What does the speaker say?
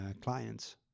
clients